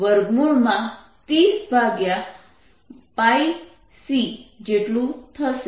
તેથી E0 30 c જેટલું થશે